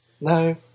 No